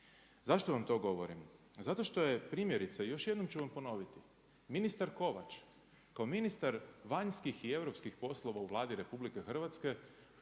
Zašto vam to govorim? Zato što je primjerice, još jednom ću vam ponoviti ministar Kovač kao ministar vanjskih i europskih poslova u Vladi RH upravo